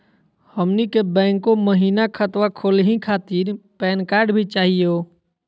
हमनी के बैंको महिना खतवा खोलही खातीर पैन कार्ड भी चाहियो?